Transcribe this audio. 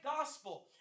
gospel